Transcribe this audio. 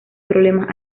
problemas